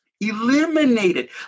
Eliminated